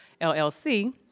LLC